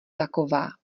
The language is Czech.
taková